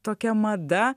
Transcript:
tokia mada